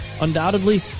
undoubtedly